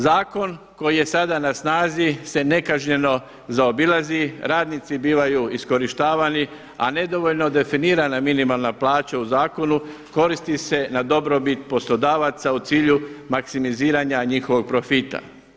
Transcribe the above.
Zakon koji je sada na snazi se nekažnjeno zaobilazi, radnici bivaju iskorištavani, a nedovoljno definirana minimalna plaća u zakonu koristi se na dobrobit poslodavaca u cilju maksimiziranja njihovog profita.